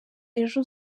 ejo